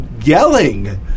yelling